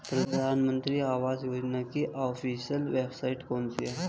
प्रधानमंत्री आवास योजना की ऑफिशियल वेबसाइट कौन सी है?